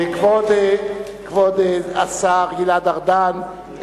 כבוד השר גלעד ארדן,